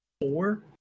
four